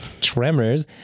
Tremors